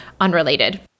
unrelated